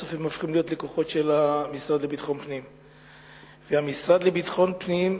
בסוף הם הופכים להיות לקוחות של המשרד לביטחון הפנים.